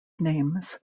names